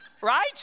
Right